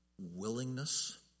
willingness